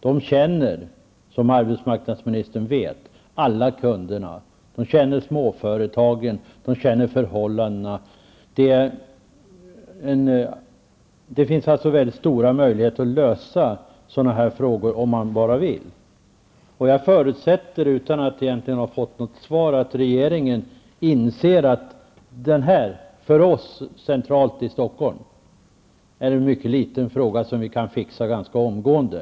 De känner, som arbetsmarknadsministern vet, alla kunder, småföretagens situation och förhållandena i bygden i övrigt. Det finns alltså stora möjligheter att lösa problem av detta slag, om man bara vill. Jag förutsätter, utan att ha fått något egentligt svar, att regeringen inser att den här frågan för oss här i Stockholm är mycket liten och kan lösas ganska omgående.